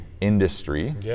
industry